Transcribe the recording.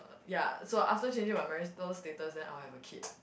uh ya so after changing my marital status then I will have a kid